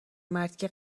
مرتیکه